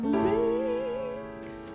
breaks